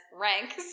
ranks